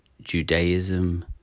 Judaism